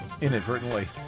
inadvertently